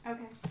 Okay